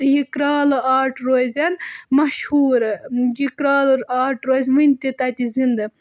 تہٕ یہِ کرٛالہٕ آرٹ روزن مشہوٗر یہِ کرٛالہٕ آرٹ روزِ وٕنہِ تہِ تَتہِ زِنٛدٕ